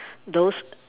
those